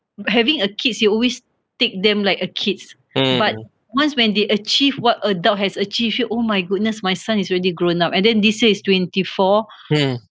having a kid you always take them like a kid but once when they achieve what adult has achieved you oh my goodness my son is already grown up and then this year he's twenty four